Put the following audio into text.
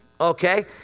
okay